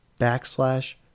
backslash